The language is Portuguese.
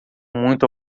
muito